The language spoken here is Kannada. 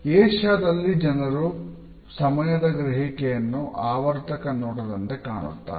ಏಷ್ಯಾದಲ್ಲಿ ಜನರು ಸಮಯದ ಗ್ರಹಿಕೆಯನ್ನು ಆವರ್ತಕ ನೋಟದಂತೆ ಕಾಣುತ್ತಾರೆ